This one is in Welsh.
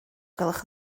gwelwch